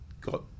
got